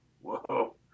whoa